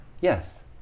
Yes